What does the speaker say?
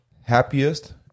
happiest